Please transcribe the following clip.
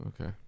Okay